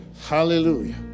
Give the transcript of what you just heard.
Hallelujah